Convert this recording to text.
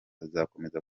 bizakomeza